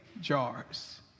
jars